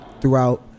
throughout